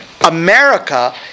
America